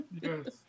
Yes